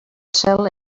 cel